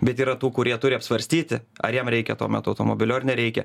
bet yra tų kurie turi apsvarstyti ar jam reikia tuo metu automobilio ar nereikia